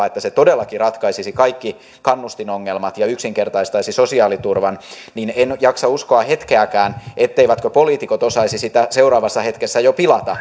että se todellakin ratkaisisi kaikki kannustinongelmat ja yksinkertaistaisi sosiaaliturvan niin en nyt jaksa uskoa hetkeäkään etteivätkö poliitikot osaisi sitä seuraavassa hetkessä jo pilata